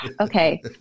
okay